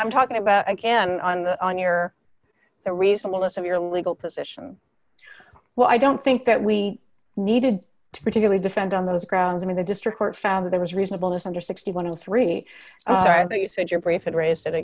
i'm talking about again on the on your the reasonableness of your legal position well i don't think that we needed to particularly defend on those grounds i mean the district court found that there was reasonable is under sixty one of the three times that you said your brief had raised it